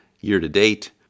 year-to-date